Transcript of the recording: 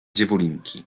dziewulinki